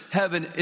heaven